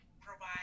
provide